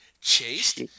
chased